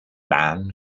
man